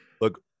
look